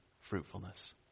fruitfulness